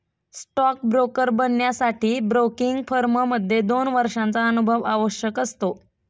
stock broker बनण्यासाठी broking firm मध्ये दोन वर्षांचा अनुभव आवश्यक असतो